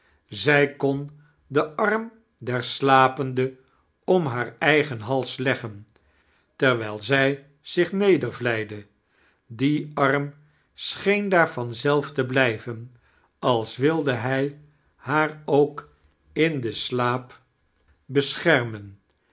zij kon den arm der slapende om haar eigen hals leggem terwijl zij zich nedervlijde die arm scheen daar van zelf te blijven als wilde hij haar k in den slaap